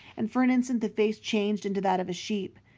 and for an instant the face changed into that of a sheep.